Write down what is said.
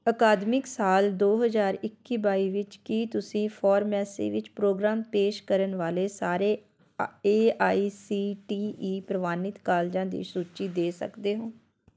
ਅਕਾਦਮਿਕ ਸਾਲ ਦੋ ਹਜ਼ਾਰ ਇੱਕੀ ਬਾਈ ਵਿੱਚ ਕੀ ਤੁਸੀਂ ਫੋਰਮੇਸੀ ਵਿੱਚ ਪ੍ਰੋਗਰਾਮ ਪੇਸ਼ ਕਰਨ ਵਾਲੇ ਸਾਰੇ ਆ A I C T E ਪ੍ਰਵਾਨਿਤ ਕਾਲਜਾਂ ਦੀ ਸੂਚੀ ਦੇ ਸਕਦੇ ਹੋ